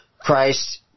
Christ